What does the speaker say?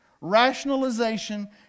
rationalization